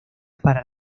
para